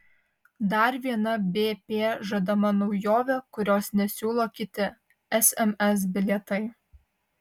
dar viena bp žadama naujovė kurios nesiūlo kiti sms bilietai